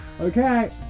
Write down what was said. Okay